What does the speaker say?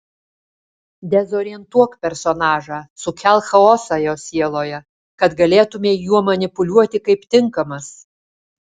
dezorientuok personažą sukelk chaosą jo sieloje kad galėtumei juo manipuliuoti kaip tinkamas